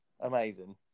amazing